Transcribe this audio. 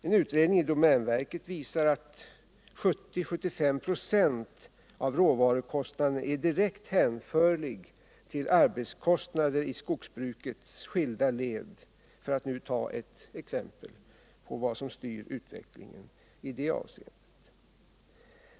En av domänverket utförd utredning visar att 70-75 96 av råvarukostnaderna är direkt hänförliga till arbetskostnader i skogsbrukets olika led, för att nu ta ett exempel på vad som styr utvecklingen i detta avseende.